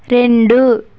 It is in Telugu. రెండు